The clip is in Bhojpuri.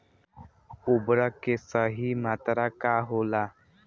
उर्वरक के सही मात्रा का होला?